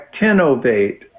Actinovate